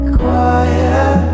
quiet